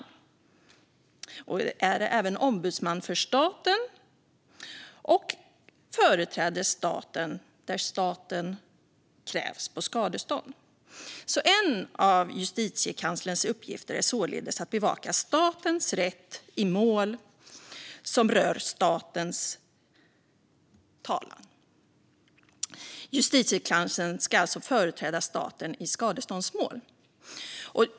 Justitiekanslern är även ombudsman för staten och företräder staten där staten krävs på skadestånd. En av Justitiekanslerns uppgifter är således att bevaka statens rätt och föra statens talan i mål som rör statens rätt. Justitiekanslern ska alltså företräda staten i skadeståndsmål.